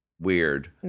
weird